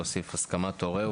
להוסיף הסכמת הורהו